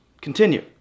Continue